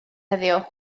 heddiw